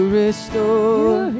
restore